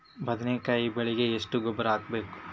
ಬದ್ನಿಕಾಯಿ ಬೆಳಿಗೆ ಎಷ್ಟ ಗೊಬ್ಬರ ಹಾಕ್ಬೇಕು?